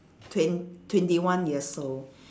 twen~ twenty one years old